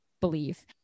believe